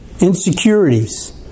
insecurities